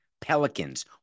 Pelicans